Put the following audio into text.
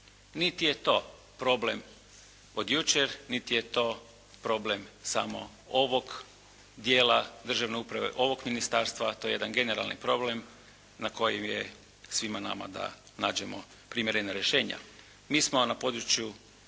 Niti je to problem od jučer, niti je to problem samo ovog dijela državne uprave, ovog ministarstva, to je jedan generalni problem na kojem je svima nama da nađemo primjerena rješenja. Mi smo na području